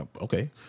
Okay